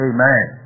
Amen